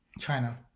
China